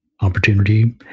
opportunity